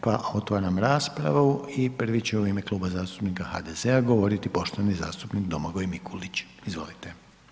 Pa otvaram raspravu i prvi će u ime Kluba zastupnika HDZ-a govoriti poštovani zastupnik Domagoj Mikulić, izvolite.